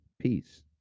peace